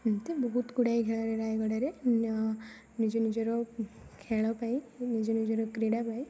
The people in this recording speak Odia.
ଏମିତି ବହୁତ ଗୁଡ଼ାଏ ଖେଳାଳୀ ରାୟଗଡ଼ାରେ ନିଜ ନିଜର ଖେଳ ପାଇଁ ନିଜ ନିଜର କ୍ରୀଡ଼ା ପାଇଁ